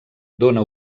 dóna